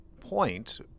point